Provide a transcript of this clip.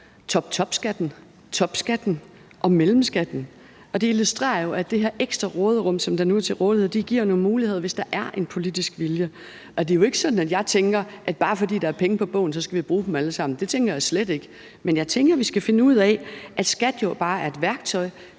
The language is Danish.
toptopskatten, topskatten og mellemskatten, og det illustrerer jo, at det her ekstra råderum, der nu er til rådighed, giver nogle muligheder, hvis der er en politisk vilje. Det er jo ikke sådan, at jeg tænker, at bare fordi der står penge på bogen, skal vi bruge dem alle sammen. Det tænker jeg slet ikke. Men jeg tænker, at vi skal finde ud af, at skat jo bare er et værktøj.